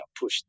push